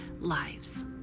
lives